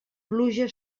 pluja